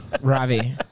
Ravi